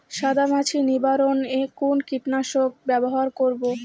সাদা মাছি নিবারণ এ কোন কীটনাশক ব্যবহার করব?